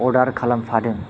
order खालामफादों